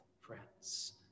friends